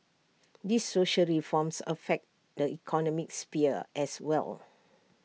these social reforms affect the economic sphere as well